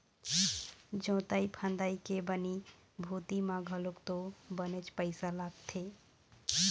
जोंतई फंदई के बनी भूथी म घलोक तो बनेच पइसा लगथे